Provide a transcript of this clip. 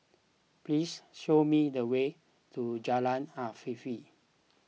please show me the way to Jalan Afifi